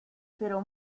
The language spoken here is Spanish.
pero